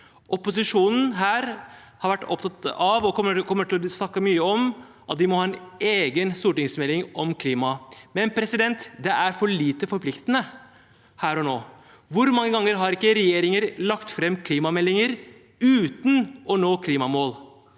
Opposisjonen har vært opptatt av og kommer til å snakke mye om at vi må ha en egen stortingsmelding om klima, men det er for lite forpliktende her og nå. Hvor mange ganger har ikke regjeringer lagt fram klimameldinger uten å nå klimamål?